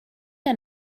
der